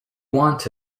want